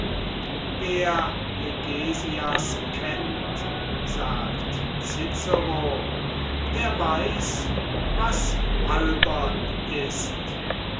wer hegesias kennt sagt cicero der weiß was albern ist